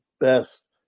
best